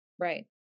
Right